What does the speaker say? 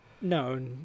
No